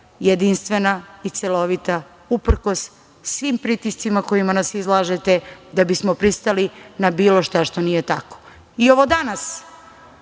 jedinstvena i celovita uprkos svim pritiscima kojima nas izlažete da bismo pristali na bilo šta što nije tako. Ovo danas